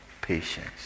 patience